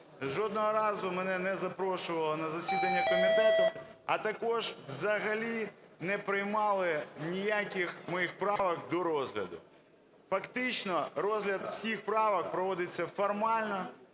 Жодного разу мене не запрошували на засідання комітету, а також взагалі не приймали ніяких моїх правок до розгляду. Фактично розгляд всіх правок проводиться формально